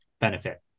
benefit